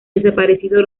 desaparecido